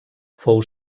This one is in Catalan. fou